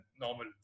normal